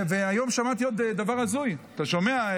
היום שמעתי עוד דבר הזוי, אתה שומע?